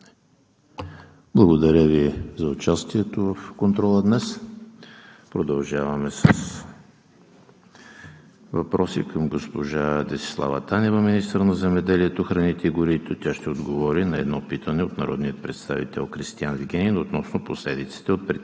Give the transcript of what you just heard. Благодаря Ви за участието в контрола днес. Продължаваме с въпроси към госпожа Десислава Танева – министър на земеделието, храните и горите. Тя ще отговори на едно питане от народния представител Кристиан Вигенин относно последиците от предприетите